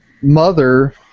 mother